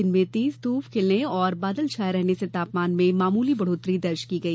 दिन में तेज ध्रप खिलने और बादल छाये रहने से तापमान में मामूली बढ़ौतरी दर्ज की गई